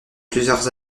plusieurs